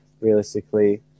realistically